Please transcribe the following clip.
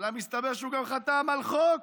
אלא מסתבר שהוא גם חתם על חוק